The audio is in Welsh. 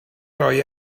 roi